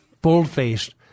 bold-faced